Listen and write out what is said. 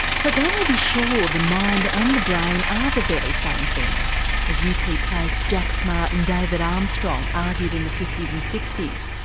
so can we be sure the mind and the brain are the very same thing as u. t. place, jack smart and david armstrong argued in the fifty s and sixty s?